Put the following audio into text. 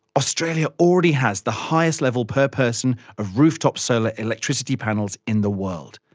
australia already has the highest level per person of rooftop solar electricity panels in the world.